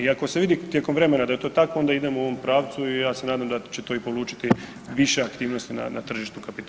I ako se vidi tijekom vremena da je to tako onda idemo u ovom pravcu i ja se nadam da će to i polučiti više aktivnosti na tržištu kapitala.